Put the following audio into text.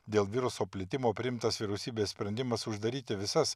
dėl viruso plitimo priimtas vyriausybės sprendimas uždaryti visas